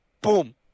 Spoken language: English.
boom